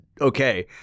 okay